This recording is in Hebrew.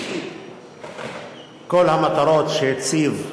כל המטרות שהציבו